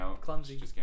clumsy